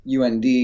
UND